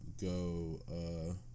go